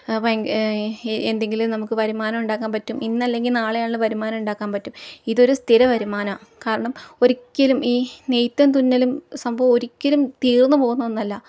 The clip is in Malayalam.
എന്തെങ്കിലും നമുക്ക് വരുമാനം ഉണ്ടാക്കൻ പറ്റും ഇന്നല്ലെങ്കിൽ നാളെയുള്ള വരുമാനം ഉണ്ടാക്കാൻ പറ്റും ഇതൊരു സ്ഥിര വരുമാനമാ കാരണം ഒരിക്കലും ഈ നെയ്ത്തും തുന്നലും സംഭവം ഒരിക്കലും തീർന്നു പോകുന്ന ഒന്നല്ല